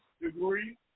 degree